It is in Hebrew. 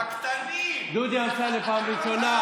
דודי אמסלם פעם ראשונה,